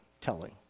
telling